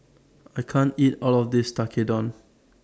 I can't eat All of This Tekkadon